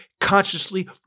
consciously